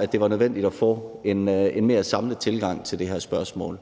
at det var nødvendigt at få en mere samlet tilgang til det her spørgsmål.